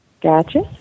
Gotcha